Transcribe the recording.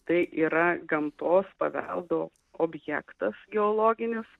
tai yra gamtos paveldo objektas geologinius